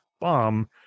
bomb